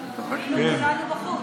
מדברים, בחוץ.